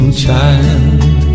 child